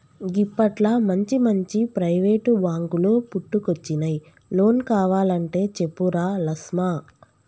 గిప్పట్ల మంచిమంచి ప్రైవేటు బాంకులు పుట్టుకొచ్చినయ్, లోన్ కావలంటే చెప్పురా లస్మా